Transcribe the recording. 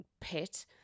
pit